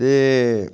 ते